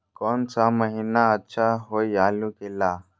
कौन सा महीना अच्छा होइ आलू के ला?